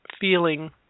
feeling